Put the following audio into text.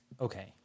Okay